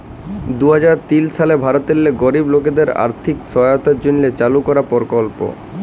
দু হাজার তিল সালে ভারতেল্লে গরিব লকদের আথ্থিক সহায়তার জ্যনহে চালু করা পরকল্প